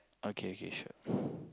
okay okay sure